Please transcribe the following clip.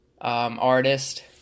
artist